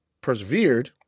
persevered